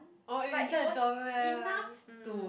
oh inside the room